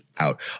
out